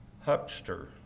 huckster